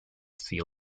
sea